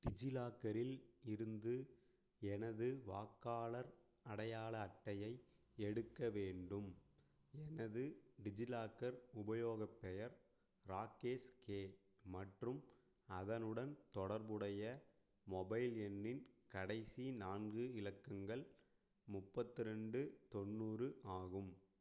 டிஜிலாக்கரில் இருந்து எனது வாக்காளர் அடையாள அட்டையை எடுக்க வேண்டும் எனது டிஜிலாக்கர் உபயோகப் பெயர் ராகேஸ் கே மற்றும் அதனுடன் தொடர்புடைய மொபைல் எண்ணின் கடைசி நான்கு இலக்கங்கள் முப்பத்தி ரெண்டு தொண்ணூறு ஆகும்